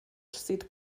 sieht